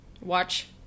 watch